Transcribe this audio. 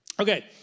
Okay